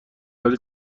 ولی